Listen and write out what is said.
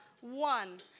one